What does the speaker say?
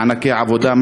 מענקי עבודה,